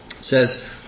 says